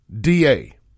DA